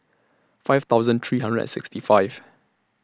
five thousand three hundred and sixty five